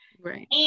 right